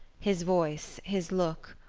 his voice, his look,